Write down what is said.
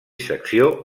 secció